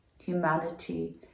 humanity